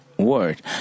word